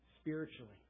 spiritually